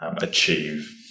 achieve